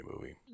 movie